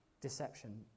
deception